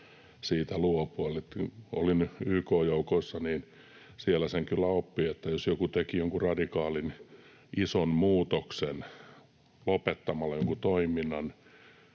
Kun olin YK-joukoissa, niin siellä sen kyllä oppi, että jos joku teki jonkun radikaalin, ison muutoksen lopettamalla jonkun toiminnan